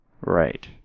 Right